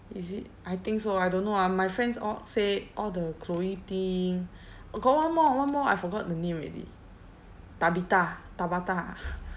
is it I think so I don't know ah my friends all say all the chloe ting got one more one more I forgot the name already tabitha tabata